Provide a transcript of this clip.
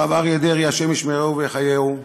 הרב אריה דרעי, השם ישמרהו ויחיהו,